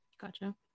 Gotcha